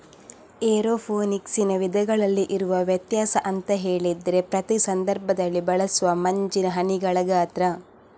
ಏರೋಫೋನಿಕ್ಸಿನ ವಿಧಗಳಲ್ಲಿ ಇರುವ ವ್ಯತ್ಯಾಸ ಅಂತ ಹೇಳಿದ್ರೆ ಪ್ರತಿ ಸಂದರ್ಭದಲ್ಲಿ ಬಳಸುವ ಮಂಜಿನ ಹನಿಗಳ ಗಾತ್ರ